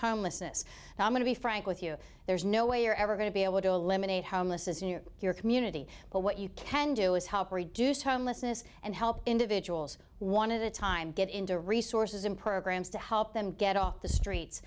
homelessness and i'm going to be frank with you there's no way you're ever going to be able to eliminate homelessness near your community but what you can do is help reduce homelessness and help individuals one of the time get into resources and programs to help them get off the streets